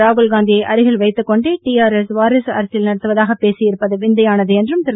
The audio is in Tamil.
ராகுல்காந்தியை அருகில் வைத்துக் கொண்டே டிஆர்எஸ் வாரிசு அரசியல் நடத்துவதாக பேசி இருப்பது விந்தையானது என்றும் திரு